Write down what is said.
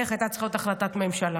והדרך הייתה צריכה להיות החלטת ממשלה.